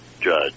Judge